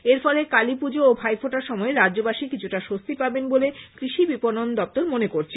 এর ফলে কালী পুজো ও ভাইফোঁটার সময়ে রাজ্যবাসী কিছুটা স্বস্তি পাবেন বলে কৃষি বিপনন দ্প্তর মনে করছে